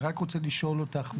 אני רק רוצה לשאול אותך.